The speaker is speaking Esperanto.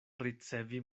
ricevi